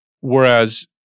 Whereas